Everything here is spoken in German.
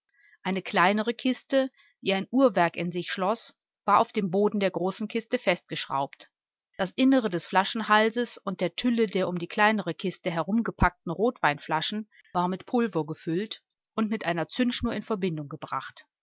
eine kleinere kiste die ein uhrwerk in sich schloß war auf dem boden der großen kiste festgeschraubt das innere des flaschenhalses und der tülle der um die kleinere kiste herumgepackten rotweinflaschen war mit pulver gefüllt und mit einer zündschnur in verbindung gebracht